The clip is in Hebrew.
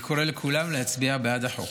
אני קורא לכולם להצביע בעד החוק.